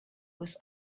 was